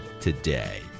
today